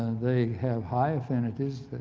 they have high affinitys,